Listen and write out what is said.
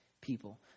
people